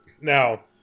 now